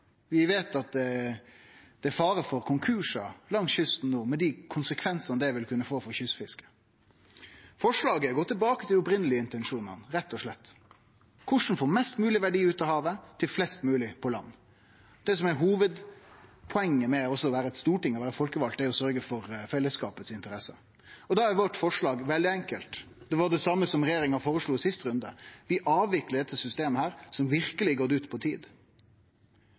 Vi veit at det er fare for konkursar langs kysten no, med dei konsekvensane det vil kunne få for kystfisket. Forslaget går tilbake til dei opphavlege intensjonane, rett og slett. Korleis få mest mogleg verdi ut av havet til flest mogleg på land? – Det som er hovudpoenget med å vere eit storting, å vere folkevald, er å sørgje for fellesskapet sine interesser. Da er vårt forslag veldig enkelt. Det var det same som regjeringa føreslo i siste runde. Vi avviklar dette systemet som verkeleg har gått ut på tid,